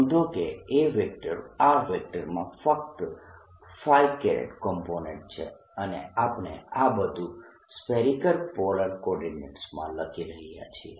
નોંધો કે A માં ફક્ત કોમ્પોનેન્ટ છે અને આપણે આ બધું સ્ફેરીકલ પોલાર કોર્ડીનેટસમાં લખી રહયા છીએ